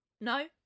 No